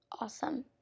Awesome